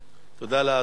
תודה לאדוני.